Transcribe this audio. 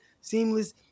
seamless